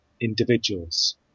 individuals